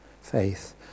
Faith